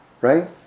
right